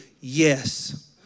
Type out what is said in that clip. yes